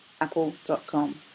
apple.com